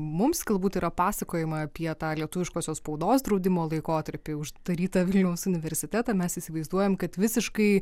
mums galbūt yra pasakojama apie tą lietuviškosios spaudos draudimo laikotarpį uždarytą vilniaus universitetą mes įsivaizduojam kad visiškai